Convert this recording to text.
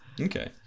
Okay